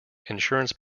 insurance